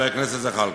חבר הכנסת זחאלקה.